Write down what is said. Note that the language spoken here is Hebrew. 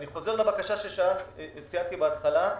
אני חוזר לבקשה שציינתי בתחילת הדיון.